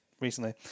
recently